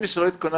נכון